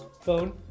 Phone